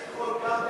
אני שומע אותך.